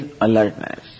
alertness